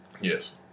Yes